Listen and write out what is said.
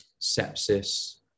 sepsis